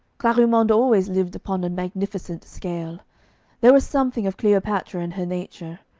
clarimonde always lived upon a magnificent scale there was something of cleopatra in her nature.